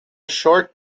short